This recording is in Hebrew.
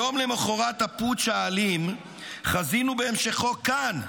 יום למוחרת הפוטש האלים חזינו בהמשכו כאן,